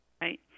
Right